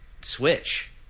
Switch